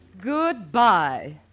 Goodbye